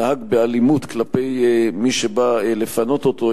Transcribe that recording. נהג באלימות כלפי מי שבא לפנות אותו,